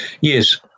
Yes